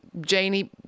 Janie